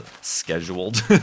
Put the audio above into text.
Scheduled